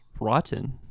rotten